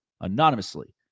anonymously